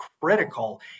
critical